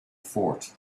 fort